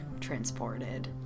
transported